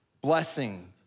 blessing